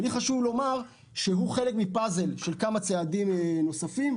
חשוב לי לומר שהוא חלק מפאזל של כמה צעדים נוספים,